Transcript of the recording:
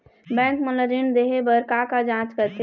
Bank मोला ऋण देहे बार का का जांच करथे?